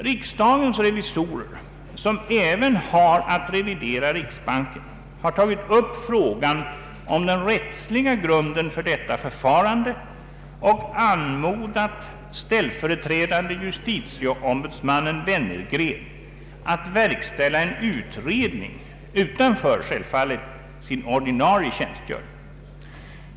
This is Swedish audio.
Riksdagens revisorer, som även har att revidera riksbanken, har tagit upp frågan om den rättsliga grunden för detta förfarande och anmodat ställföreträdande justitiecombudsmannen Wennergren att verkställa en utredning, självfallet utanför sin ordinarie tjänstgöring.